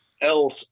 else